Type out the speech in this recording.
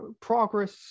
progress